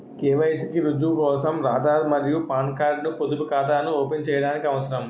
KYC కి రుజువు కోసం ఆధార్ మరియు పాన్ కార్డ్ ను పొదుపు ఖాతాను ఓపెన్ చేయడానికి అవసరం